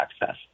access